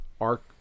arc